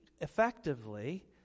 effectively